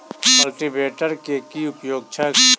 Cultivator केँ की उपयोग छैक?